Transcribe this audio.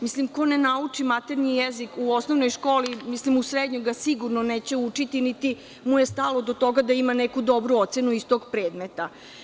Mislim, ko ne nauči maternji jezik u osnovnoj školi, u srednjoj ga sigurno neće učiti, niti mu je stalo do toga da ima neku dobru ocenu iz tog predmeta.